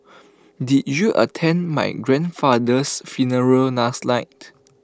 did you attend my grandfather's funeral last night